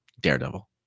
Daredevil